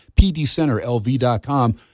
pdcenterlv.com